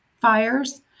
fires